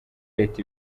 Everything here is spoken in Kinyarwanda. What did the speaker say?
leta